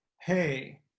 Hey